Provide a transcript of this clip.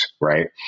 right